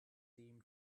seem